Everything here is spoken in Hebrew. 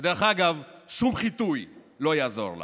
ודרך אגב, שום חיטוי לא יעזור לה.